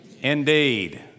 indeed